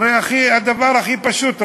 הרי הדבר הכי פשוט,